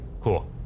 cool